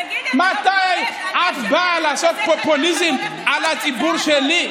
תזכירי לי מתי היית באולפן טלוויזיה בהפגנה הענקית שהייתה ב-2015.